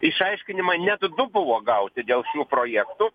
išaiškinimai net du buvo gauti dėl šių projektų